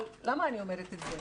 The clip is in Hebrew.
למה אני אומרת את זה?